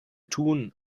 tun